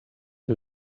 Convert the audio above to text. que